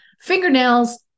Fingernails